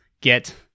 get